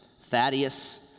Thaddeus